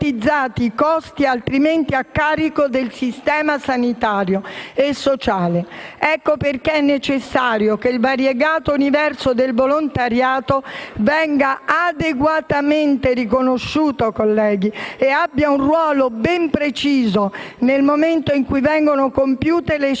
costi altrimenti a carico del sistema sanitario e sociale. Ecco perché è necessario che il variegato universo del volontariato venga adeguatamente riconosciuto, colleghi, e abbia un ruolo ben preciso nel momento in cui vengono compiute le scelte